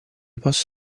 posso